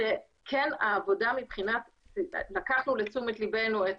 שהעבודה מבחינת שלקחנו לתשומת ליבנו את